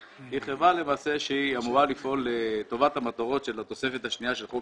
היא חברה שאמורה לפעול לטובת המטרות של התוספת השנייה של חוק